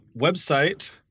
website